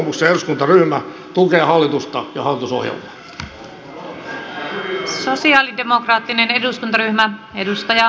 kokoomuksen eduskuntaryhmä tukee hallitusta ja hallitusohjelmaa